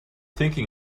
thinking